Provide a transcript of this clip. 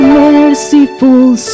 merciful